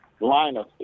lineup